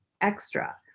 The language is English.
extra